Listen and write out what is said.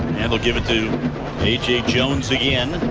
and will give it to j. jones again.